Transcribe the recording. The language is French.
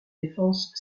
défense